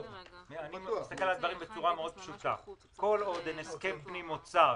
אני מסתכל על הדברים בצורה פשוטה מאוד: כל עוד אין הסכם פנים אוצר